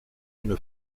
une